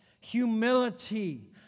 humility